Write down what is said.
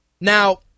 Now